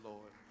Lord